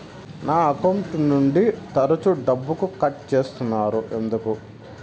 నా అకౌంట్ నుండి తరచు డబ్బుకు కట్ సేస్తున్నారు ఎందుకు